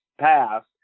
passed